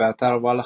באתר וואלה,